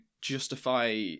justify